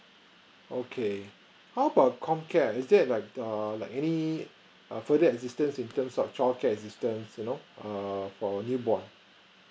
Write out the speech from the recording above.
okay how about comcare is there like err like any a further assistance in terms of child care assistance you know err for new born